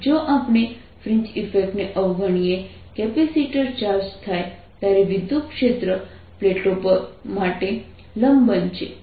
જો આપણે ફ્રિન્જ ઇફેક્ટને અવગણીએ કેપેસિટર ચાર્જ થાય ત્યારે વિદ્યુતક્ષેત્ર પ્લેટો માટે લંબ બનશે